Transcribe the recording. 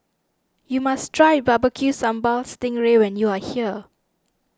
you must try Barbecue Sambal Sting Ray when you are here